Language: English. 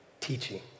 teaching